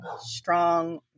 strong